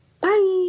Bye